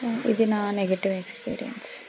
ఇది నా negative experience